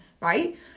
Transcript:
right